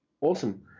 awesome